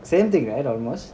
same thing right almost